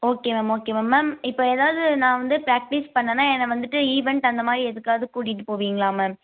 okay ma'am okay ma'am ma'am இப்போ எதாவது நான் வந்து பிராக்டீஸ் பண்ணன்னா என்ன வந்துவிட்டு ஈவென்ட் அந்த மாதிரி எதுக்காவது கூட்டிகிட்டு போவீங்களா மேம்